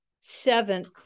seventh